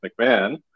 McMahon